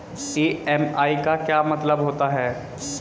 EMI का क्या मतलब होता है?